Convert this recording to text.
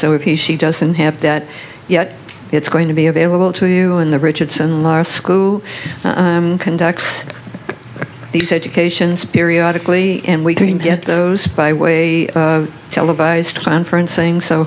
so if he she doesn't have that yet it's going to be available to you in the richardson law school who conducts these educations periodic lee and we can get those by way televised conference saying so